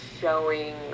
showing